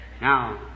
Now